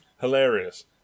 hilarious